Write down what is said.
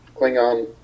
Klingon